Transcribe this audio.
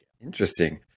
Interesting